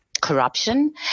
corruption